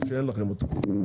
או שאין לכם אותם?